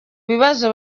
bibazo